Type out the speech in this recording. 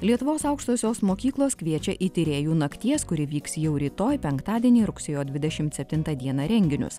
lietuvos aukštosios mokyklos kviečia į tyrėjų nakties kuri vyks jau rytoj penktadienį rugsėjo dvidešimt septintą dieną renginius